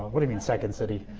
what do you mean second city?